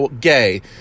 gay